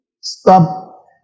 Stop